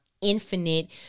infinite